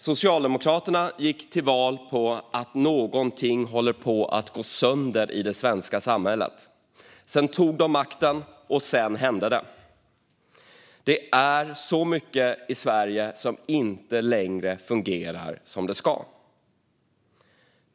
Socialdemokraterna gick till val på att någonting håller på att gå sönder i det svenska samhället. Sedan tog de makten, och då hände det. Det är så mycket i Sverige som inte längre fungerar som det ska.